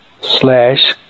slash